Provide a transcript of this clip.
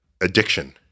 addiction